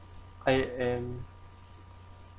I I am